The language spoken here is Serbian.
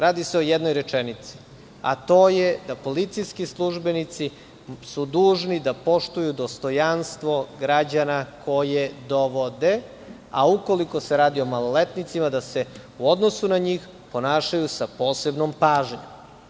Radi se o jednoj rečenici, a to je: da su policijski službenici dužni da poštuju dostojanstvo građana koje dovode, a ukoliko se radi o maloletnicima da se u odnosu na njih ponašaju sa posebnom pažnjom.